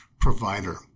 provider